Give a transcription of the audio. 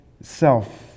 self